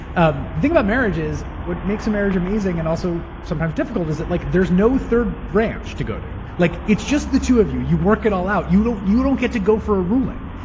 um the thing about marriage is what makes a marriage amazing and also sometimes difficult is that like there's no third branch to go to. like it's just the two of you. you work it all out. you don't you don't get to go for a ruling.